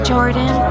Jordan